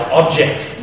objects